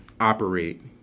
operate